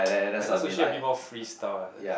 aston's usually a bit more free style I guess